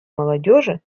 молодежи